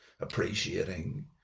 appreciating